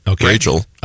Rachel